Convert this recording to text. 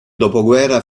dopoguerra